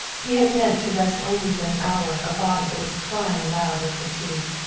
he had meant to rest only for an hour a body that was crying aloud with fatigue.